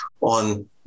on